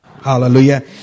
Hallelujah